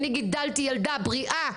אני גידלתי ילדה בריאה,